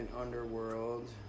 underworld